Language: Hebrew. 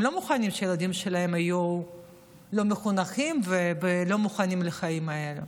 הם לא מוכנים שהילדים שלהם יהיו לא מחונכים ולא מוכנים לחיים האלה.